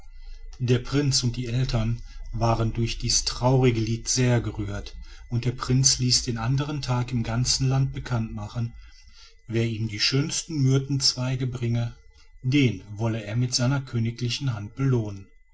der prinz und die eltern waren durch dies traurige lied sehr gerührt und der prinz ließ den andern tag im ganzen lande bekanntmachen wer ihm die schönsten myrtenzweige bringe den wolle er mit seiner königlichen hand belohnen